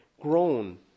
grown